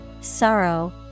sorrow